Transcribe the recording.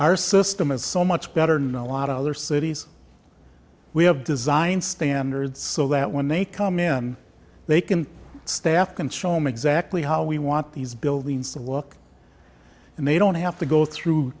our system is so much better now a lot of other cities we have design standards so that when they come in they can staff can show me exactly how we want these buildings to look and they don't have to go through